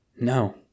no